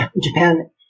Japan